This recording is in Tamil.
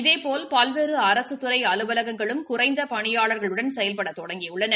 இதேபோல் பல்வேறு அரசுத்துறை அலுவலகங்களும் குறைந்த பணியாளர்களுடன் செயல்பட தொடங்கியுள்ளன